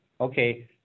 okay